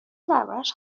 دربارش